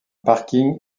parking